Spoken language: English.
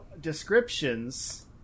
descriptions